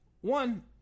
one